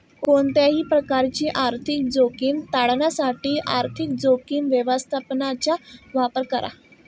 कोणत्याही प्रकारची आर्थिक जोखीम टाळण्यासाठी आर्थिक जोखीम व्यवस्थापनाचा वापर करा